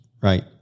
right